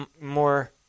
more